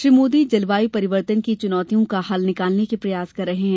श्री मोदी जलवायू परिवर्तन की चुनौतियों का हल निकालने के प्रयास कर रहे हैं